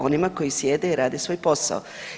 Onima koji sjede i rade svoj posao.